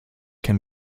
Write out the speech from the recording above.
can